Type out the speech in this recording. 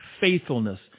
faithfulness